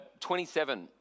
27